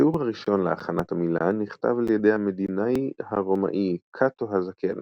התיאור הראשון להכנת עמילן נכתב על ידי המדינאי הרומאי קאטו הזקן